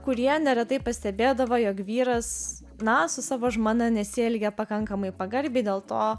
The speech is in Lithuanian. kurie neretai pastebėdavo jog vyras na su savo žmona nesielgė pakankamai pagarbiai dėl to